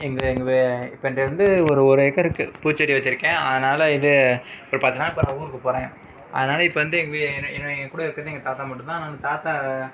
இங்கே இப்போ என்கிட்டேருந்து ஒரு ஒரு ஏக்கருக்கு பூச்செடி வச்சுருக்கேன் அதனாலே இது இப்போ பார்த்தேன்னா நான் ஊருக்குப் போகிறேன் அதனால் இப்போ வந்து எங்கள் என்ன என்னோடய என்கூட இருக்கிறது எங்கள் தாத்தா மட்டும்தான் அதனாலே தாத்தா